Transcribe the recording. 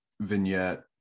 vignette